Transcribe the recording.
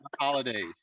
Holidays